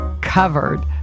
covered